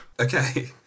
Okay